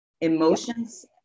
emotions